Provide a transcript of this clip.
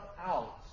out